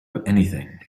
anything